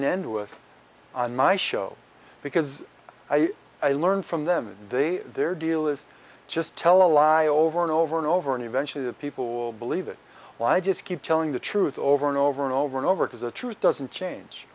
and end with on my show because i i learn from them and they they're delist just tell a lie over and over and over and eventually the people will believe it all i just keep telling the truth over and over and over and over because the truth doesn't change